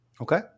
Okay